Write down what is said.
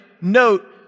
note